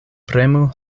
premu